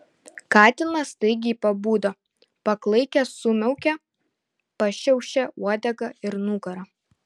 katinas staigiai pabudo paklaikęs sumiaukė pašiaušė uodegą ir nugarą